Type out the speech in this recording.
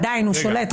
עדיין הוא שולט.